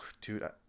dude